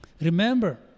Remember